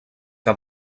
que